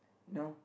no